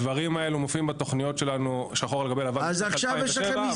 הדברים האלה מופיעים בתוכניות שלנו שחור על גבי לבן משנת 2007,